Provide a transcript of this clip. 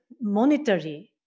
monetary